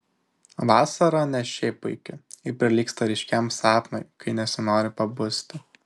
vasara ne šiaip puiki ji prilygsta ryškiam sapnui kai nesinori pabusti